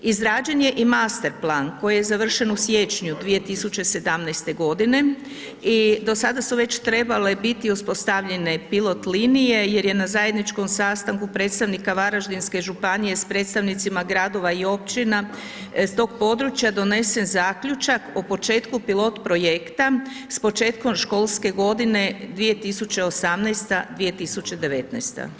Izrađen je i master plan koji je završen u siječnju 2017. godine i do sada su već trebale biti uspostavljene pilot-linije jer je na zajedničkom sastanku predstavnika Varaždinske županije s predstavnicima gradova i općina s tog područja donesen Zaključak o početku pilot-projekta s početkom školske godine 2018./2019.